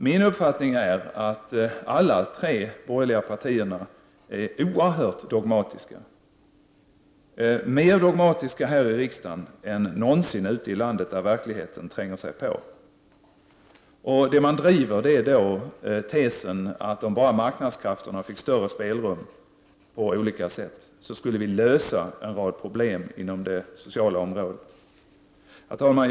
Min uppfattning är att alla de tre borgerliga partierna är oerhört dogmatiska, mer dogmatiska här i riksdagen än någonsin ute i landet där verkligheten tränger sig på. Det man driver är tesen att om bara marknadskrafterna fick större spelrum på olika sätt skulle vi lösa en del problem inom det sociala området. Herr talman!